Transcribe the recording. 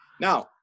Now